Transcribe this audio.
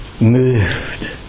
moved